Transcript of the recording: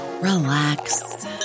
relax